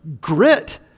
grit